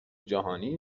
جهانی